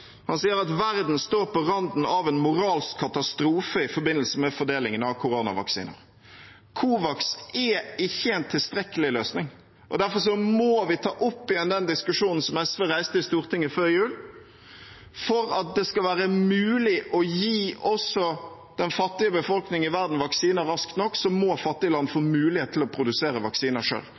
Han sier at verden står på randen av en moralsk katastrofe i forbindelse med fordelingen av koronavaksine. COVAX er ikke en tilstrekkelig løsning, derfor må vi ta opp igjen den diskusjonen SV reiste i Stortinget før jul. For at det skal være mulig å gi også den fattige befolkningen i verden vaksiner raskt nok, må fattige land få mulighet til å produsere vaksiner